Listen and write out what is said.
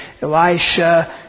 Elisha